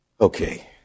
Okay